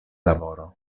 lavoro